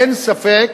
אין ספק